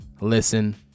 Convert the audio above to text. listen